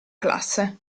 classe